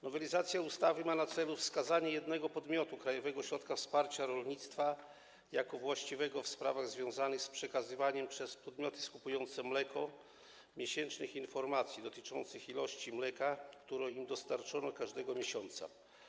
Nowelizacja ustawy ma na celu wskazanie jednego podmiotu, Krajowego Ośrodka Wsparcia Rolnictwa, jako właściwego w sprawach związanych z przekazywaniem przez podmioty skupujące mleko miesięcznych informacji dotyczących ilości mleka, które im dostarczono każdego miesiąca.